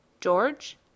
George